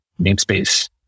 namespace